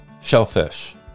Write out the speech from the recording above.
shellfish